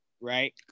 right